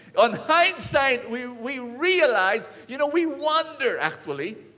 on hindsight, we we realize you know, we wonder actually.